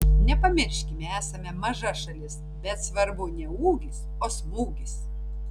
nepamirškime esame maža šalis bet svarbu ne ūgis o smūgis